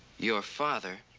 your father